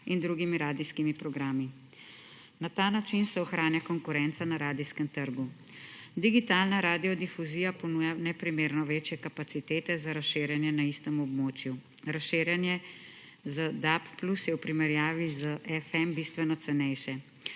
in drugimi radijskimi programi. Na ta način se ohranja konkurenca na radijskem trgu. Digitalna radiodifuzija ponuja neprimerno večje kapacitete za razširjanje na istem območju. Razširjanje z DAB+ je v primerjavi s FM bistveno cenejše.